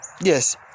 yes